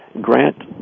Grant